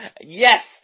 Yes